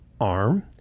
arm